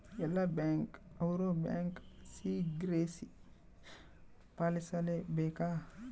ಎಲ್ಲ ಬ್ಯಾಂಕ್ ಅವ್ರು bank secrecy ಪಾಲಿಸಲೇ ಬೇಕ